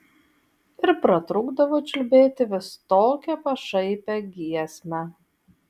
ir pratrūkdavo čiulbėti vis tokią pašaipią giesmę